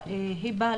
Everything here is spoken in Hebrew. שאמרה היבה,